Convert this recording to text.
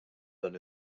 dan